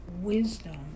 Wisdom